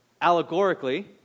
allegorically